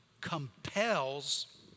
compels